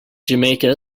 jamaica